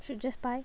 should just buy